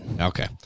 Okay